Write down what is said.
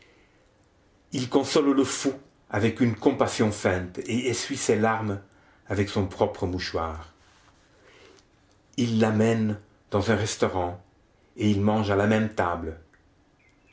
il console le fou avec une compassion feinte et essuie ses larmes avec son propre mouchoir il l'amène dans un restaurant et ils mangent à la même table